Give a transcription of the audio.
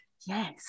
Yes